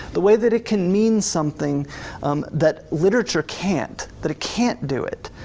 the way that it can mean something that literature can't, that it can't do it.